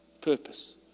purpose